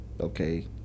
Okay